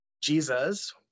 Jesus